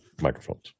microphones